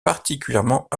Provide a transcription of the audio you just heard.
particulièrement